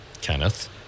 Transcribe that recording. Kenneth